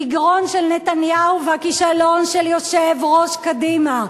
מגרון של נתניהו והכישלון של יושב-ראש קדימה,